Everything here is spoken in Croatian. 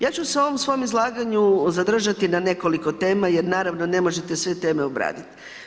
Ja ću se u ovom svom izlaganju zadržati na nekoliko tema jer naravno, ne možete sve teme obraditi.